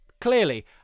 Clearly